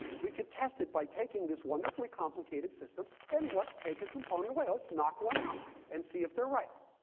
we could test it by taking this wonderfully complicated system, and let's take a component away. let's knock one out, and see if they're right.